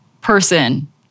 person